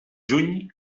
juny